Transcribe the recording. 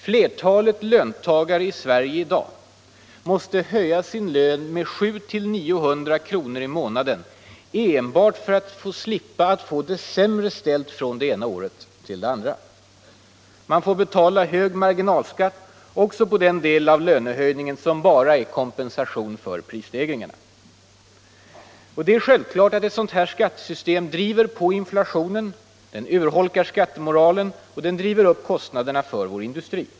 Flertalet löntagare i Sverige i dag måste höja sin lön med 700-900 kr. i månaden enbart för att slippa få det sämre ställt från det ena året till den andra. Man får betala höga marginalskatter också på den del av lönehöjningen som bara är kompensation för prisstegringar. Ett sådant skattesystem driver självklart på inflationen, urholkar skattemoralen och ökar kostnaderna för vår industri.